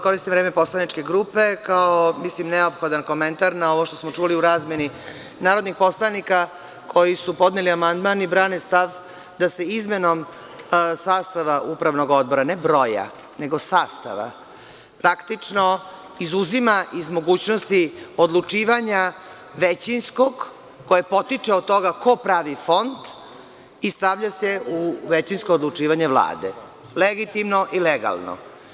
Koristim vreme poslaničke grupe, kao neophodan komentar na ovo što smo čuli u razmeni narodnih poslanika koji su podneli amandman i brane stav da se izmenom sastava upravnog odbora, ne broja, nego sastava, praktično izuzima iz mogućnosti odlučivanja većinskog, koje potiče od toga ko pravi Fond i stavlja se u većinsko odlučivanje Vlade, legitimno i legalno.